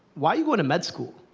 why are you going to med school?